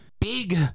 big